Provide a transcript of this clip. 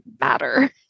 matter